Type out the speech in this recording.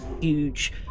huge